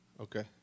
Okay